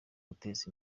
guteza